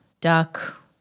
duck